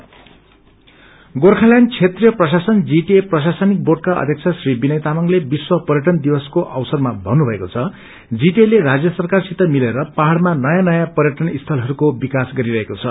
tourism hills Gorkhaland क्षेत्रिय प्रशासन GTA प्रशासनिक बोर्डका अध्यक्ष श्री विनय तामंगले विश्व पर्यटन दिवसको अवसरमा भन्नुभएको छ जीटिएले रान्य सरकारसित मिलेर पहाड़मा नयाँ नयाँ पर्यटन स्थलहरूको विकास गरिरहेको छ